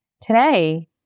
Today